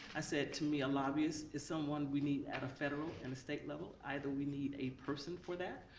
i said, to me, a lobbyist is someone we need at a federal and a state level. either we need a person for that,